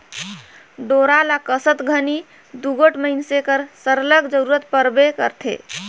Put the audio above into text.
डोरा ल कसत घनी दूगोट मइनसे कर सरलग जरूरत परबे करथे